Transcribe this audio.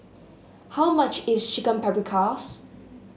how much is Chicken Paprikas